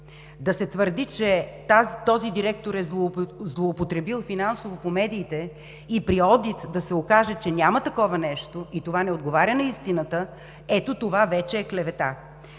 по медиите, че този директор е злоупотребил финансово и при одит да се окаже, че няма такова нещо и това не отговаря на истината – ето това вече е клевета.